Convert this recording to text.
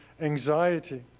anxiety